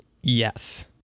yes